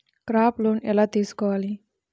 Crop loan ఎలా తీసుకోవాలి?